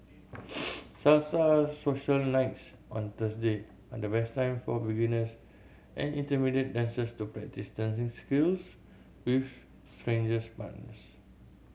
Salsa social nights on Thursday at best time for beginners and intermediate dancers to practice dancing skills with strangers partners